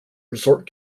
resort